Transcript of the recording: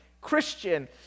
Christian